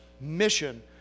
mission